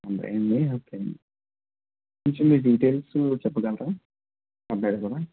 అబ్బాయా అండి ఓకే అండి కొంచెం మీ డీటైల్స్ చెప్పగలరా అబ్బాయిది కూడా